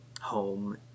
home